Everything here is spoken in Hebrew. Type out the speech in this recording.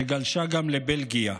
שגלשה גם לבלגיה.